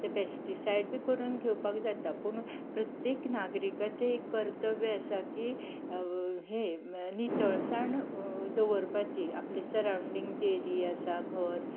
ते पॅस्टिसायड बी करून घेवपाक जाता पूण प्रत्येक नागरिकाचें एक कर्तव्य आसा की हे नितळसाण दवरपाची आपले सरांवडिंग जी एरिया आसा घर